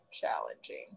challenging